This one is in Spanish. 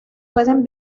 pueden